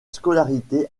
scolarité